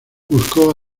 buscó